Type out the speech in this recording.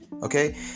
Okay